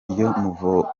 iyo